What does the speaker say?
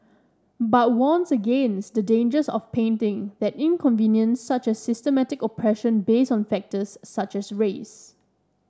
but warns against the dangers of painting that inconvenience such as systemic oppression based on factors such as race